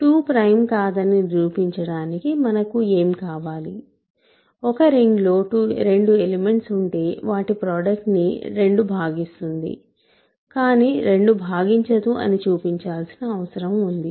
2 prime కాదని నిరూపించటానికి మనకు ఏమి కావాలిఒక రింగ్ లో రెండు ఎలిమెంట్స్ ఉంటే వాటి ప్రోడక్ట్ ని 2 భాగిస్తుంది కానీ 2 భాగించదు అని చూపించాల్సిన అవసరం ఉంది